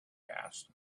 asked